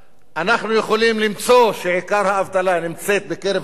למצוא שעיקר האבטלה נמצא בקרב הציבור הערבי,